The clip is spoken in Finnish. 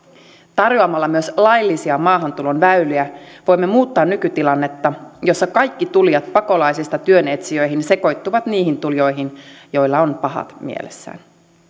tarjoamalla myös laillisia maahantulon väyliä voimme muuttaa nykytilannetta jossa kaikki tulijat pakolaisista työn etsijöihin sekoittuvat niihin tulijoihin joilla on pahat mielessään